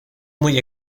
muy